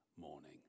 morning